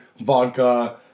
vodka